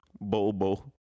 bobo